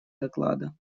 доклада